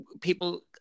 people